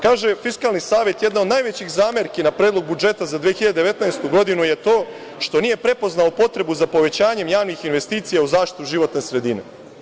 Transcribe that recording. Kaže Fiskalni savet, jedna od najvećih zamerki za predlog budžeta za 2019. godinu je to što nije prepoznao potrebu za povećanjem javnih investicija u zaštitu životne sredine.